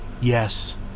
Yes